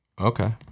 okay